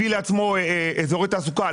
הביא לעצמו אזורי תעסוקה,